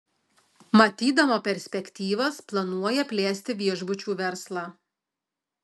matydama perspektyvas planuoja plėsti viešbučių verslą